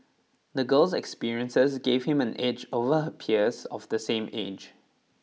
the girl's experiences gave him an edge over her peers of the same age